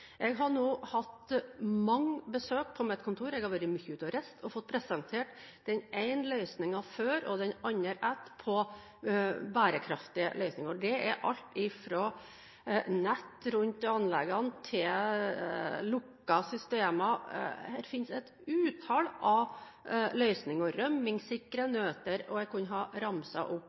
Jeg har nå hatt mange besøk på mitt kontor, og jeg har vært mye ute og reist og fått presentert den ene bærekraftige løsningen før og den andre etter. Det er alt fra nett rundt anleggene til lukkede systemer – her finnes et utall av løsninger – rømmingssikre nøter – jeg kunne ha ramset opp